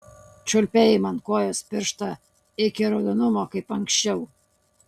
čiulpei man kojos pirštą iki raudonumo kaip anksčiau